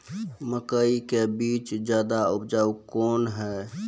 मकई के बीज ज्यादा उपजाऊ कौन है?